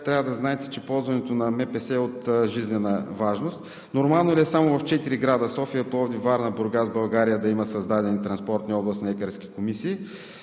трябва да знаете, че ползването на МПС е от жизнена важност. Нормално ли е само в четири града – София, Пловдив, Варна и Бургас, в България да има създадени транспортни областни лекарски експертни